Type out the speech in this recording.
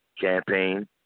campaign